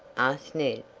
asked ned,